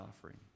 offering